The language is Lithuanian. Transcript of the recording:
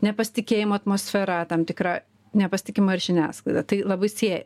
nepasitikėjimo atmosfera tam tikra nepasitikima ir žiniasklaida tai labai sieja